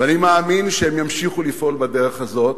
ואני מאמין שהם ימשיכו לפעול בדרך הזאת,